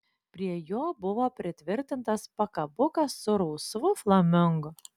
prie jo buvo pritvirtintas pakabukas su rausvu flamingu